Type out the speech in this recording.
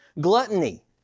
Gluttony